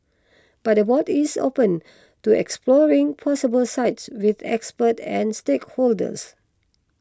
but the board is open to exploring possible sites with experts and stakeholders